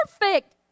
perfect